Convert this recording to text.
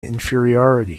inferiority